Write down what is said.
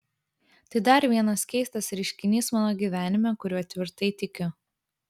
tai dar vienas keistas reiškinys mano gyvenime kuriuo tvirtai tikiu